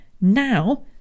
Now